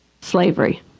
Slavery